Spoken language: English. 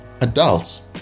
adults